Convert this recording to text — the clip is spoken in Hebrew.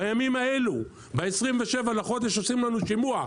בימים האלו, ב-27 לחודש עושים לנו שימוש.